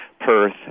Perth